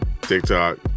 TikTok